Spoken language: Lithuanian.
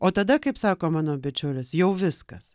o tada kaip sako mano bičiulis jau viskas